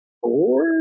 four